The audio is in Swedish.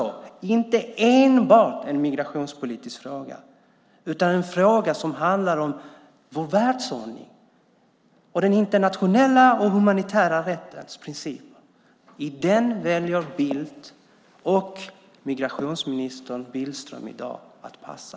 Det är inte enbart en migrationspolitisk fråga utan det är en fråga som handlar om vår världsordning och den internationella och humanitära rättens principer. I den väljer Bildt och migrationsminister Billström i dag att passa.